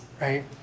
right